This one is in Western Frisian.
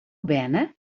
berne